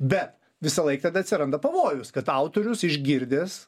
bet visą laiką atsiranda pavojus kad autorius išgirdęs